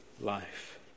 life